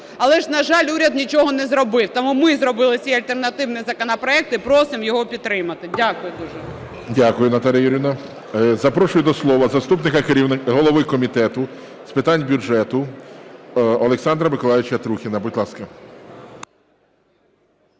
Але ж, на жаль, уряд нічого не зробив. Тому ми зробили свій альтернативний законопроект і просимо його підтримати. Дякую дуже. ГОЛОВУЮЧИЙ. Дякую, Наталіє Юріївно. Запрошую до слова заступника голови Комітету з питань бюджету Олександра Миколайовича Трухіна. Будь ласка.